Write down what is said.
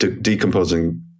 decomposing